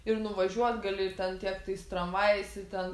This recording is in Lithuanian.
ir nuvažiuoti gali ir ten tiek tais tramvajais ir ten